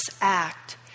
act